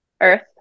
Earth